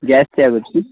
ಜಾಸ್ತಿ ಆಗುತ್ರಿ